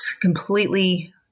completely